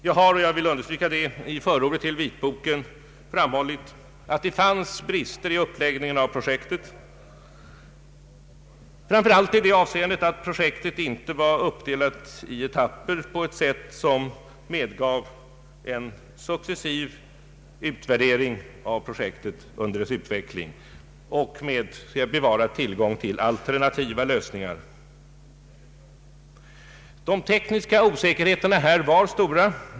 Jag har — och jag vill understryka det — i förordet till vitboken framhållit att det fanns brister i uppläggningen av projektet, framför allt i det avseendet att projektet inte var uppdelat i etapper på ett sätt som medgav en successiv utvärdering av projektet under dess utveckling med bevarad tillgång till alternativa lösningar. De tekniska oklarheterna var stora.